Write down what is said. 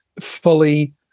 fully